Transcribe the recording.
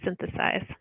synthesize